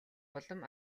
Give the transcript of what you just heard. улам